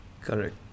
Correct